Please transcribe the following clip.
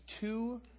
two